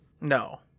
No